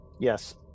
Yes